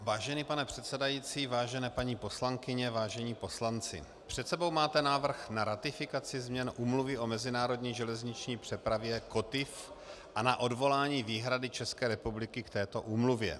Vážený pane předsedající, vážené paní poslankyně, vážení páni poslanci, před sebou máte návrh na ratifikaci změn Úmluvy o mezinárodní železniční přepravě COTIF a na odvolání výhrady České republiky k této úmluvě.